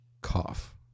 cough